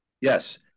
Yes